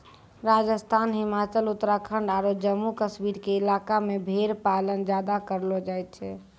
राजस्थान, हिमाचल, उत्तराखंड आरो जम्मू कश्मीर के इलाका मॅ भेड़ पालन ज्यादा करलो जाय छै